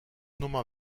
nummer